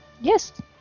Yes